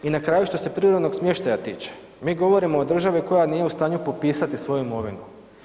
I na kraju što se privremenog smještaja tiče, mi govorimo o državi koja nije u stanju popisati svoju imovinu.